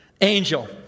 Angel